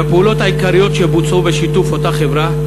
מהפעולות העיקריות שבוצעו בשיתוף אותה חברה: